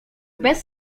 bez